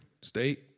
state